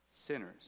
Sinners